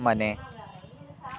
ಮನೆ